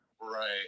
right